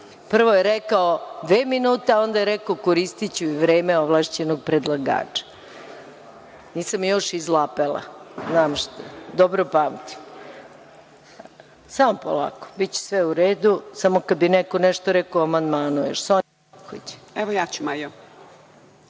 Prvo je rekao dve minute, onda je rekao koristiću i vreme ovlašćenog predlagača. Nisam još izlapela. Dobro pamtim. Samo polako, biće sve u redu, samo kada bi neko nešto rekao o amandmanu. Reč ima